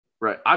Right